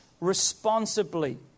responsibly